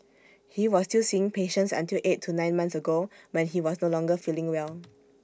he was still seeing patients until eight to nine months ago when he was no longer feeling well